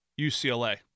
UCLA